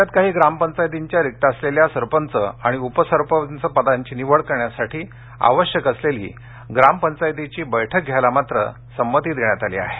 राज्यात काही ग्रामपंचायतींच्या रिक्त असलेल्या सरपंच आणि उपसरपंच पदांच्या निवडी करण्यासाठी आवश्यक असलेली ग्रामपंचायतीची बैठक घ्यायला मात्र संमती देण्यात आली आहे